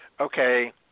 okay